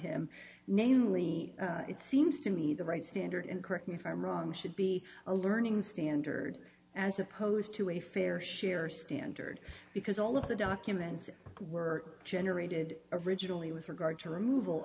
namely it seems to me the right standard and correct me if i'm wrong should be a learning standard as opposed to a fair share standard because all of the documents were generated originally with regard to removal